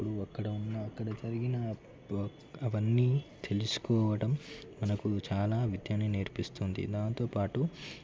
అప్పుడు అక్కడ ఉన్న అక్కడ జరిగిన అవన్నీ తెలుసుకోవడం మనకు చాలా విద్యను నేర్పిస్తుంది దాంతోపాటు